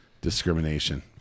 discrimination